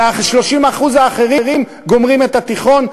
וה-30% האחרים גומרים את התיכון,